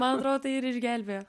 man atrodo tai ir išgelbėjo